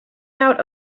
out